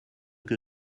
que